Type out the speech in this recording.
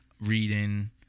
reading